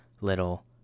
little